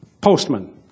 postman